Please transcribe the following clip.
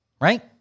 Right